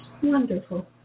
wonderful